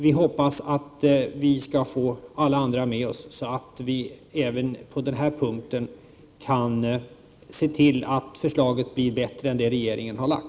Vi hoppas att vi får alla andra med oss, så att vi även på denna punkt kan se till att beslutet blir bättre än enligt regeringens förslag.